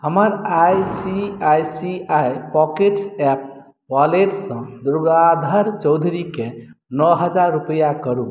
हमर I C I C I pockets app वॉलेटसँ दुर्गाधर चौधरीकेँ नओ हजार रूपैआ करू